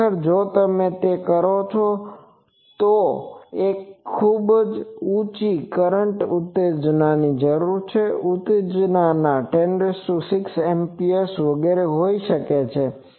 ખરેખર જો તમે તે કરો છો તો તમે જોશો કે તેમને એક વસ્તુ ખૂબ ઉંચી કરંટ ઉત્તેજના ની જરૂર છે ઉત્તેજના 106 એમ્પીયર્સ વગેરેમાં હોઈ શકે છે